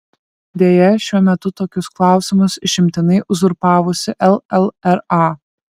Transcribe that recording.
deja šiuo metu tokius klausimus išimtinai uzurpavusi llra